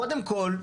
קודם כל,